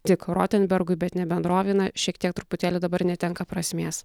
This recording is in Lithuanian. tik rotenbergui bet ne bendrovei na šiek tiek truputėlį dabar netenka prasmės